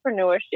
entrepreneurship